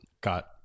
got